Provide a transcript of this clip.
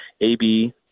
AB